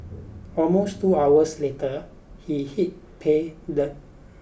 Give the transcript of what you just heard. almost two hours later he hit pay dirt